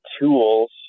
tools